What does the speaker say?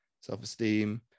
self-esteem